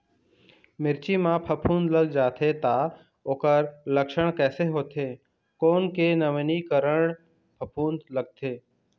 मिर्ची मा फफूंद लग जाथे ता ओकर लक्षण कैसे होथे, कोन के नवीनीकरण फफूंद लगथे?